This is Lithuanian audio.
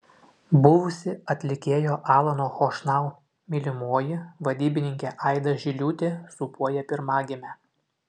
buvusi atlikėjo alano chošnau mylimoji vadybininkė aida žiliūtė sūpuoja pirmagimę